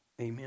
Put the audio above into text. Amen